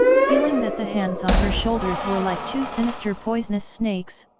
feeling that the hands on her shoulders were like two sinister poisonous snakes,